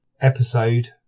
episode